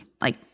Like-